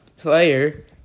Player